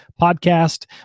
podcast